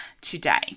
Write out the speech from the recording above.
today